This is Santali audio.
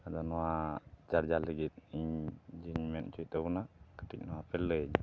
ᱟᱫᱚ ᱱᱚᱣᱟ ᱪᱟᱨᱡᱟᱨ ᱞᱟᱹᱜᱤᱫ ᱤᱧ ᱡᱮᱧ ᱢᱮᱱ ᱦᱚᱪᱚᱭᱮᱫ ᱛᱟᱵᱚᱱᱟ ᱠᱟᱹᱴᱤᱡ ᱱᱚᱣᱟᱯᱮ ᱞᱟᱹᱭᱟᱹᱧᱟᱹ